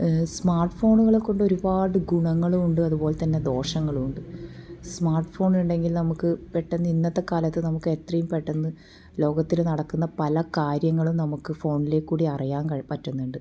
smart ഫോണുകളെ കൊണ്ട് ഒരുപാട് ഗുണങ്ങളും ഉണ്ട് അതുപോലെ തന്നെ ദോഷങ്ങളും ഉണ്ട് സ്മാർട്ട് ഫോണുണ്ടെങ്കിൽ നമുക്ക് പെട്ടെന്ന് ഇന്നത്തെ കാലത്ത് നമുക്ക് എത്രയും പെട്ടെന്ന് ലോകത്തിൽ നടക്കുന്ന പല കാര്യങ്ങളും നമുക്ക് ഫോണിൽ കൂടി അറിയാൻ കഴി പറ്റുന്നുണ്ട്